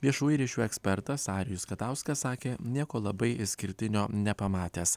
viešųjų ryšių ekspertas arijus katauskas sakė nieko labai išskirtinio nepamatęs